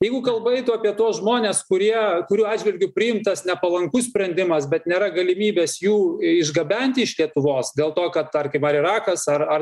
jeigu kalba eitų apie tuos žmones kurie kurių atžvilgiu priimtas nepalankus sprendimas be nėra galimybės jų išgabenti iš lietuvos dėl to kad tarkim ar irakas ar ar